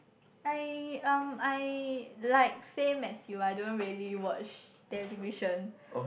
I um I like same as you I don't really watch television